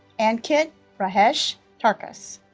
ankit rajesh tarkas